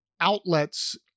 outlets